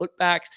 putbacks